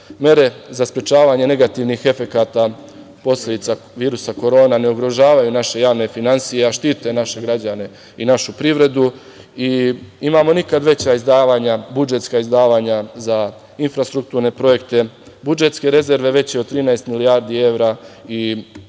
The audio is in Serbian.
mere za sprečavanje negativnih efekata posledica virusa korona ne ugrožavaju naše finansije, a štite naše građane i našu privredu. Imamo nikad veća izdavanja, budžetska izdavanja za infrastrukturne projekte, budžetske rezerve veće od 13 milijardi evra i s pravom